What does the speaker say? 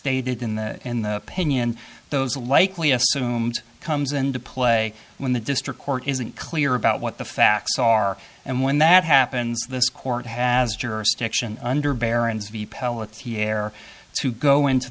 stated in the in the penya and those likely assumed comes into play when the district court isn't clear about what the facts are and when that happens this court has jurisdiction under baron's v pellets he air to go into